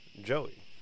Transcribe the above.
Joey